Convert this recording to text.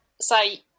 say